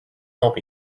help